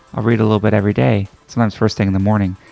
i'll read a little bit every day, sometimes first thing in the morning.